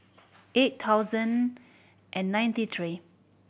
eight thousand and ninety three